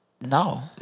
No